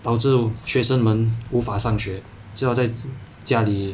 导致学生们无法上学只好在家里